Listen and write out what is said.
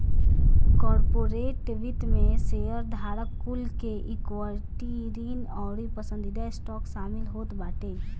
corporate वित्त में शेयरधारक कुल के इक्विटी, ऋण अउरी पसंदीदा स्टॉक शामिल होत बाटे